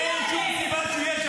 אין שום סיבה שהוא יהיה שם.